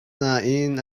nain